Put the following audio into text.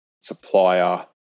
supplier